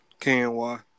KNY